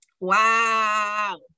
Wow